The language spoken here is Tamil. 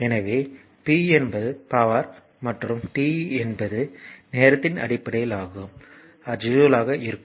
எனவே p என்பது பவர் மற்றும் t என்பது நேரத்தின் அடிப்படையில் ஆகும் அது ஜூல் ஆக இருக்கும்